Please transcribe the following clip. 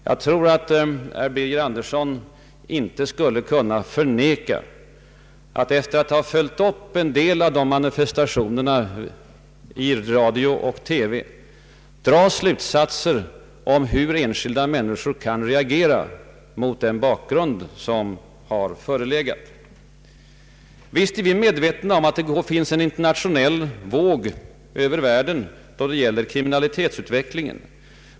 Jag tror inte att herr Birger Andersson, efter att ha följt en del av de manifestationerna i radio och TV, kan undgå att dra slutsatser om hur enskilda människor kan reagera mot den bakgrund som har byggts upp. Visst är vi medvetna om att det går en internationell våg över världen när det gäller kriminalitetsutvecklingen.